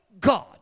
God